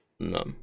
No